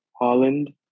Holland